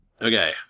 Okay